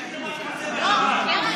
תגיד לו מה אתה עושה בשבת.